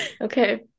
Okay